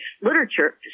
literature